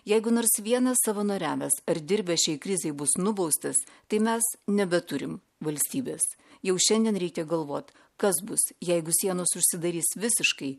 jeigu nors vienas savanoriavęs ar dirbęs šiai krizei bus nubaustas tai mes nebeturim valstybės jau šiandien reikia galvot kas bus jeigu sienos užsidarys visiškai